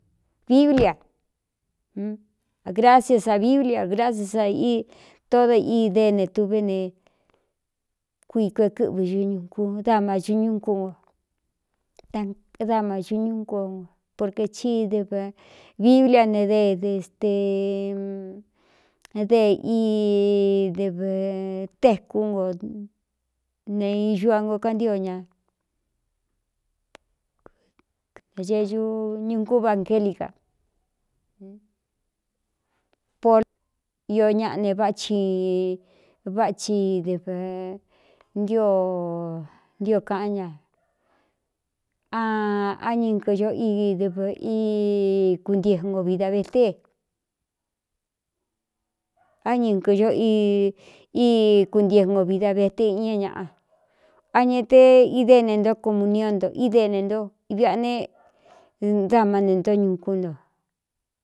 Biblia gracia sa biblia gracia ssa íi tódo i déne tuvé ne kui kue kɨꞌvɨ ñuku daachuñú kú no dama chūñú kú porkē csíi dɨv vivlia ne de de ste de dv tekú nko ne ixu a ngo kantío ñaneu ñūkú vangelika pol i ñaꞌa ne váꞌáci váꞌachid nntío kaꞌán ña aá ñɨnkɨ ño iidv í kuntie no vida veté á ñɨkɨ ño í kuntie ngo vida vete iña ñaꞌa a ña te ide ne ntó komu nio nto ídene nto iviꞌa ne damá ne ntó ñukún nto.